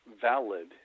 valid